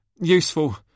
Useful